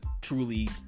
truly